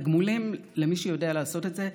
התגמולים, למי שיודע לעשות את זה,